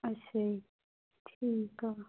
ਅੱਛਾ ਜੀ ਠੀਕ ਆ